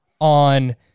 on